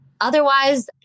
otherwise